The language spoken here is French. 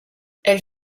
elle